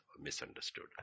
misunderstood